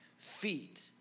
feet